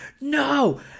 no